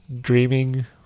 dreaming